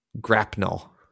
grapnel